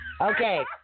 Okay